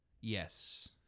Yes